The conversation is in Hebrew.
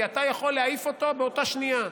כי אתה יכול להעיף אותו באותה שנייה.